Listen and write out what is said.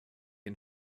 and